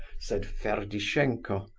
said ferdishenko.